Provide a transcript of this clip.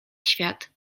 świat